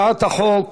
הצעת החוק